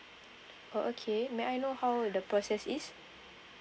oh okay may I know how the process is